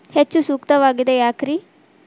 ಹೆಚ್ಚು ಸೂಕ್ತವಾಗಿದೆ ಯಾಕ್ರಿ?